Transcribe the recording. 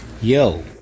Yo